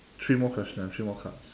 three more question ah three more cards